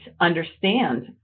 understand